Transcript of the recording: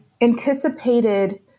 anticipated